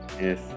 Yes